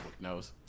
knows